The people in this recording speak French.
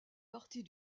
partie